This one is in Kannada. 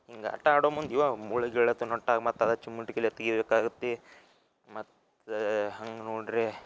ಹಿಂಗೆ ಆಟ ಆಡೋ ಮುಂದೆ ಮುಳ್ಳು ಗಿಳ್ಳು ಅಂತ ನಟ್ಟವು ಮತ್ತು ಅದು ಚಿಮುಟ್ಗಿಲೆ ತೆಗಿಬೇಕಾಗತ್ತೆ ಮತ್ತು ಹಂಗೆ ನೋಡ್ದ್ರೆ